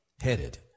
headed